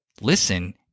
listen